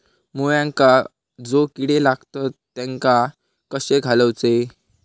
मुळ्यांका जो किडे लागतात तेनका कशे घालवचे?